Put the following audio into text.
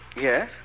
Yes